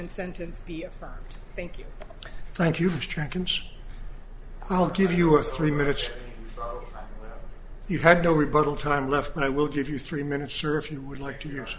sentence be a fine thank you thank you i'll give you a three minutes you had no rebuttal time left i will give you three minutes or if you would like to use